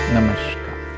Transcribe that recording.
Namaskar